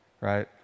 Right